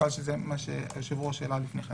הכללי שזה מה שהיושב ראש העלה לפני כן.